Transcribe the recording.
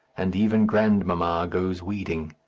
and even grand-mamma goes weeding.